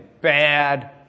bad